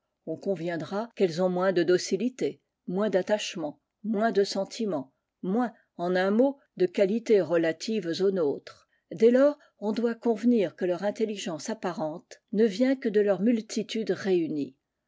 on conviendra qu'elles ont moins de docilité moins dattachement moins de sentiment moins en un mot de qualités relatives aux nôtres dès lors on doit convenir que leur intelligence apparente ne vient que de leur multitude réunie